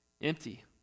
Empty